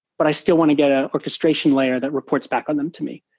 but i still want to get an orchestration layer that reports back on them to me.